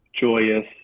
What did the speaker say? joyous